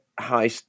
high